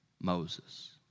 Moses